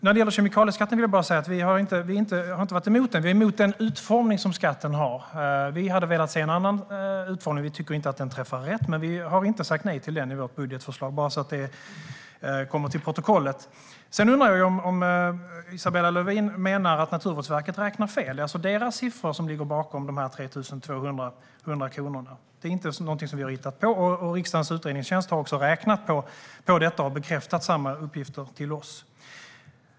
Vi har inte varit emot kemikalieskatten, vi är emot den utformning som skatten har. Vi hade velat se en annan utformning. Vi tycker inte att den träffar rätt, men vi har inte sagt nej till den skatten i vårt budgetförslag - bara så att det noteras till protokollet. Sedan undrar jag om Isabella Lövin menar att Naturvårdsverket räknar fel. Det är Naturvårdsverkets siffra som ligger bakom de 3 200 kronorna. Det är inte något som vi har hittat på, och riksdagens utredningstjänst har också räknat på detta och bekräftat samma uppgifter till oss.